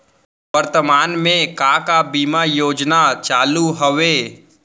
वर्तमान में का का बीमा योजना चालू हवये